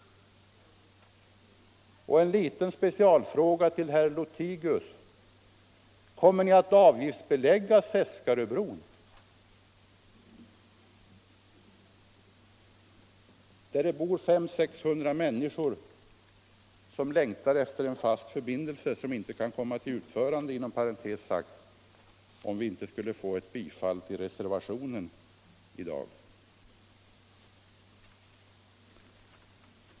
En liten specialfråga till herr Lothigius: Kommer ni att av giftsbelägga Seskaröbron till Seskarön där det bor 500-600 människor, som längtar efter en fast förbindelse som, inom parentes sagt, inte kan komma till utförande, om inte reservationen i dag bifalles.